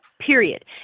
period